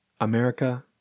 America